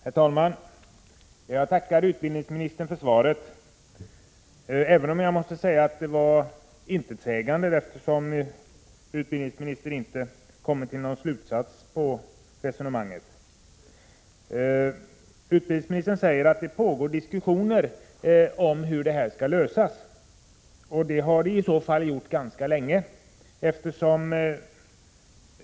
Herr talman! Jag tackar utbildningsministern för svaret, även om jag måste säga att det var intetsägande, eftersom utbildningsministern inte kom till någon slutsats i sina resonemang. Utbildningsministern anför att det pågår diskussioner om hur lokalfrågan skall lösas. Dessa har i så fall pågått ganska länge.